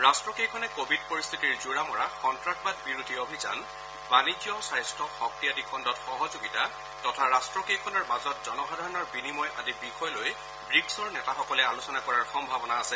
ৰাট্টকেইখনে Covid পৰিস্থিতিৰ জোৰা মৰা সন্ত্ৰাসবাদবিৰোধী অভিযান বাণিজ্য স্বাস্থ্য শক্তি আদি খণ্ডত সহযোগিতা তথা ৰাট্টকেইখনৰ মাজত জনসাধাৰণৰ বিনিময় আদি বিষয় লৈ ৱীক্ছৰ নেতাসকলে আলোচনা কৰাৰ সম্ভাৱনা আছে